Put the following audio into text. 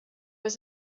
was